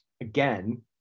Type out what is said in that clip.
again